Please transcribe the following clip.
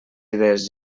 idees